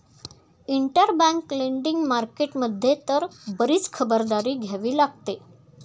interbank lending market मध्ये तर बरीच खबरदारी घ्यावी लागते